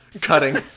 cutting